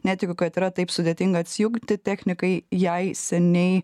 netikiu kad yra taip sudėtinga atsijungti technikai jei seniai